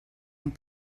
amb